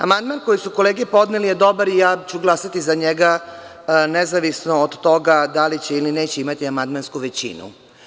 Amandman koji su kolege podneli je dobar i ja ću glasati za njega nezavisno od toga da li će ili neće imati amandmansku većinu.